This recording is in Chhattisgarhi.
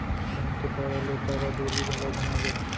धान के पैरा ले पैरा डोरी घलौ बनाए जाथे